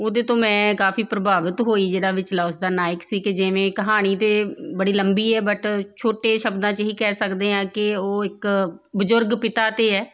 ਉਹਦੇ ਤੋਂ ਮੈਂ ਕਾਫੀ ਪ੍ਰਭਾਵਿਤ ਹੋਈ ਜਿਹੜਾ ਵਿਚਲਾ ਉਸਦਾ ਨਾਇਕ ਸੀ ਕਿ ਜਿਵੇਂ ਕਹਾਣੀ ਤਾਂ ਬੜੀ ਲੰਬੀ ਹੈ ਬਟ ਛੋਟੇ ਸ਼ਬਦਾਂ 'ਚ ਹੀ ਕਹਿ ਸਕਦੇ ਹਾਂ ਕਿ ਉਹ ਇੱਕ ਬਜ਼ੁਰਗ ਪਿਤਾ 'ਤੇ ਹੈ